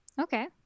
Okay